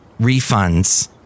refunds